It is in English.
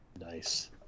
Nice